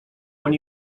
when